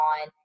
on